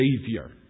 savior